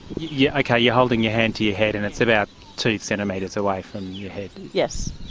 yeah okay, you're holding your hand to your head and it's about two centimetres away from your head. yes.